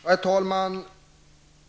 Herr talman!